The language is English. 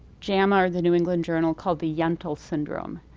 jama or the new england journal called the yentl syndrome,